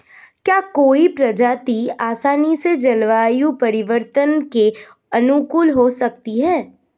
क्या कोई प्रजाति आसानी से जलवायु परिवर्तन के अनुकूल हो सकती है?